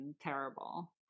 terrible